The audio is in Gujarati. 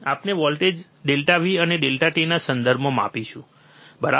આપણે વોલ્ટેજ ફેરફાર ∆V ને ∆t ના સંદર્ભમાં માપીશું બરાબર શા માટે